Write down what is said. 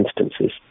instances